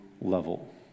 level